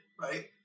right